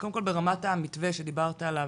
קודם כל, ברמת המתווה שדיברת עליו,